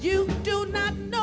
you know